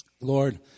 Lord